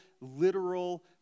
literal